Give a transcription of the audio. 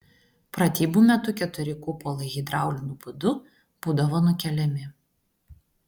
pratybų metu keturi kupolai hidrauliniu būdu būdavo nukeliami